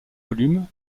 volumes